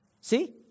See